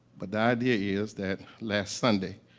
but the idea is that last sunday,